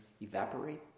evaporate